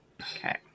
Okay